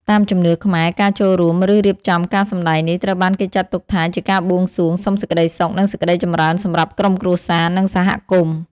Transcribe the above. តាមជំនឿខ្មែរ ការចូលរួម ឬរៀបចំការសម្តែងនេះ ត្រូវបានគេចាត់ទុកថាជាការបួងសួងសុំសេចក្តីសុខ និងសេចក្តីចម្រើនសម្រាប់ក្រុមគ្រួសារ និងសហគមន៍។